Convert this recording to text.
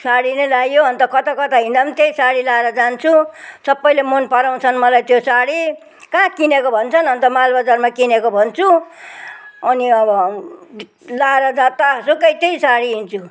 अब साडी नै लगाइयो अन्त कताकता हिँड्दा पनि त्यही साडी लगाएर जान्छु सबैले मनपराउँछन् मलाई त्यो साडी कहाँ किनेको भन्छन् अन्त मालबजारमा किनेको भन्छु अनि अब लगाएर जातासुकै त्यही साडी हिँड्छु